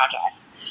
projects